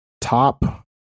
top